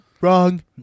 Wrong